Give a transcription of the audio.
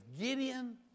Gideon